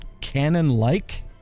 canon-like